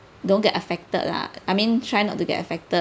don't get affected lah I mean try not to get affected